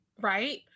Right